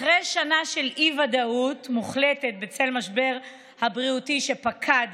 אחרי שנה של אי-ודאות מוחלטת בצל המשבר הבריאותי שפקד